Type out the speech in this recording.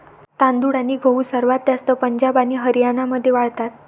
तांदूळ आणि गहू सर्वात जास्त पंजाब आणि हरियाणामध्ये वाढतात